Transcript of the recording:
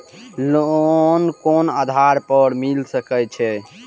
Loan कोन आधार पर मिल सके छे?